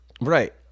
Right